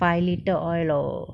five litre oil loh